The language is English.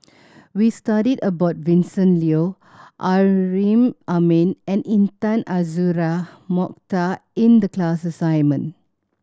we studied about Vincent Leow Amrin Amin and Intan Azura Mokhtar in the class assignment